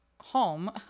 home